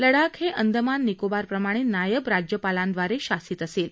लडाख हे अंदमान निकोबार प्रमाणे नायब राज्यपालांव्रारे शासित असेल